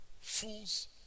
Fools